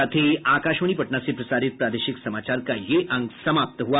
इसके साथ ही आकाशवाणी पटना से प्रसारित प्रादेशिक समाचार का ये अंक समाप्त हुआ